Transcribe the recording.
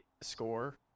score